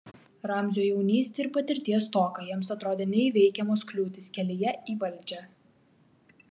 ramzio jaunystė ir patirties stoka jiems atrodė neįveikiamos kliūtys kelyje į valdžią